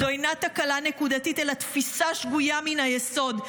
זו אינה תקלה נקודתית אלא תפיסה שגוייה מן היסוד.